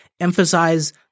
emphasize